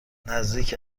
نزدیک